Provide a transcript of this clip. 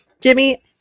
Jimmy